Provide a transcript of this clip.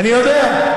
אני יודע.